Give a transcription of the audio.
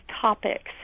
topics